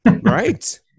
Right